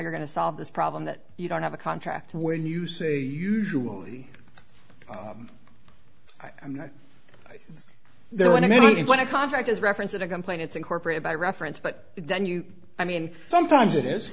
you're going to solve this problem that you don't have a contract when you say usually i mean it's there when i mean when a contract is reference in a complaint it's incorporated by reference but then you i mean sometimes it is